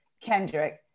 Kendrick